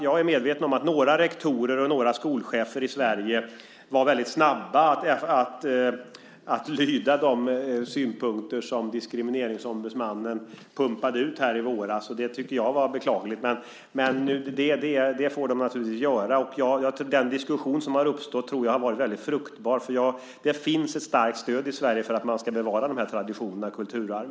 Jag är medveten om att några rektorer och några skolchefer i Sverige var väldigt snabba med att lyda Diskrimineringsombudsmannen efter att hon pumpade ut sina synpunkter i våras. Det tycker jag var beklagligt. Med det får de naturligtvis göra. Jag tror att den diskussion som har uppstått har varit väldigt fruktbar eftersom det finns ett starkt stöd i Sverige för att man ska bevara dessa traditioner och detta kulturarv.